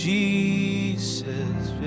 Jesus